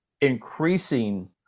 increasing